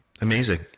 Amazing